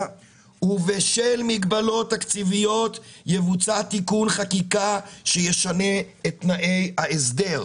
ובשל מגבלות תקציביות יבוצע תיקון חקיקה שישנה את תנאי ההסדר.